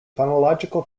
phonological